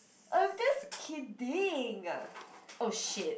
I'm just kidding eh oh shit